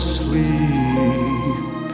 sleep